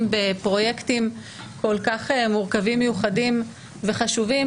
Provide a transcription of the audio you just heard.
בפרויקטים כל כך מורכבים ומיוחדים וחשובים,